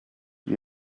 you